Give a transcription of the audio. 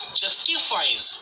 justifies